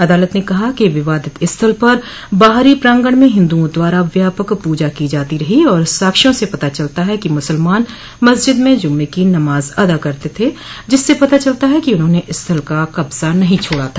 अदालत न कहा कि विवादित स्थल पर बाहरी प्रांगण में हिन्दुओं द्वारा व्यापक पूजा की जाती रही और साक्ष्यों से पता चलता है कि मुसलमान मस्जिद में जुम्मे की नमाज अदा करते थे जिससे पता चलता है कि उन्होंने स्थल का कब्जा नहीं छोड़ा था